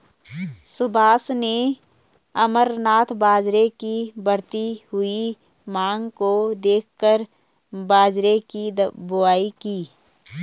सुभाष ने अमरनाथ बाजरे की बढ़ती हुई मांग को देखकर बाजरे की बुवाई की